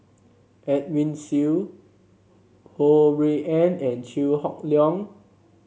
Edwin Siew Ho Rui An and Chew Hock Leong